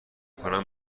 کنم